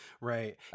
right